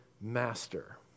master